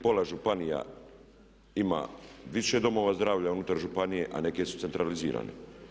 Pola županija ima više domova zdravlja unutar županije, a neke su centralizirane.